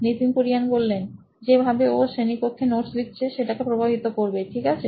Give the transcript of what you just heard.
Nitin Kurian C O O নোইন ইলেক্ট্রনিক্সযে ভাবে ও শ্রেণীকক্ষে নোটস লিখছে সেটাকে প্রভাবিত করবে ঠিক আছে